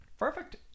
perfect